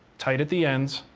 tight at the ends,